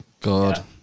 God